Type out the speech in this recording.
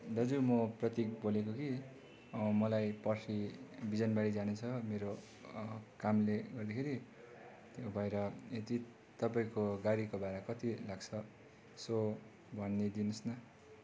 दाजु म प्रतिक बोलेको कि मलाई पर्सी बिजनबारी जाने छ मेरो कामले गर्दाखेरि त्यो भएर यदि तपाईँको गाडीको भारा कति लाग्छ यसो भनि दिनुहोस् न